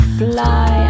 fly